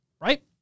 Right